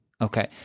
Okay